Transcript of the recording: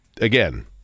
again